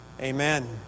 Amen